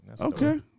Okay